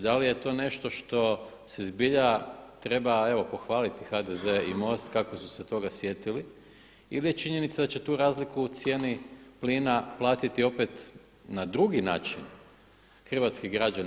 Da li je to nešto što se zbilja treba evo pohvaliti HDZ i MOST kako su ga toga sjetili ili je činjenica da će tu razliku u cijeni plina platiti opet na drugi način hrvatski građani.